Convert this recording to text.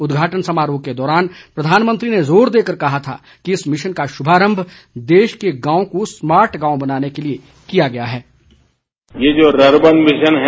उद्घाटन समारोह के दौरान प्रधानमंत्री ने जोर देकर कहा था कि इस मिशन का शुभारम्भ देश के गांवों को स्मार्ट गांव बनाने के लिए किया गया है